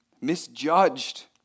misjudged